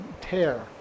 tear